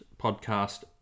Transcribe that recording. podcast